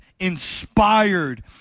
inspired